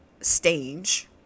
stage